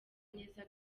neza